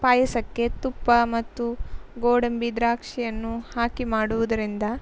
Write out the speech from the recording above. ಪಾಯಸಕ್ಕೆ ತುಪ್ಪ ಮತ್ತು ಗೋಡಂಬಿ ದ್ರಾಕ್ಷಿಯನ್ನು ಹಾಕಿ ಮಾಡುವುದರಿಂದ